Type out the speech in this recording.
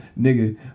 nigga